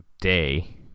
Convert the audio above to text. day